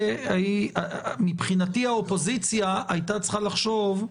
מבחינתי האופוזיציה הייתה צריכה לחשוב,